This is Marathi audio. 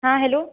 हा हॅलो